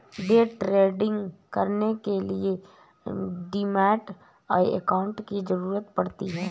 day trading करने के लिए डीमैट अकांउट की जरूरत पड़ती है